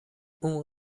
اون